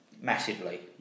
Massively